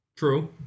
true